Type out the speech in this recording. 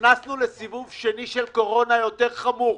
נכנסנו לסיבוב שני של קורונה, יותר חמור.